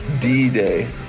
d-day